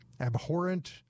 Abhorrent